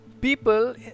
people